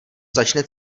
začne